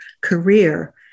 career